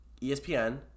ESPN